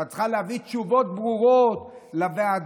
ואת צריכה להביא תשובות ברורות לוועדה.